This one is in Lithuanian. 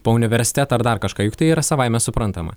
po universitetą ar dar kažką juk tai yra savaime suprantama